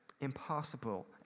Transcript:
impossible